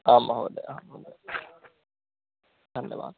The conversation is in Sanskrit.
आं महोदयः आम् आं धन्यवादः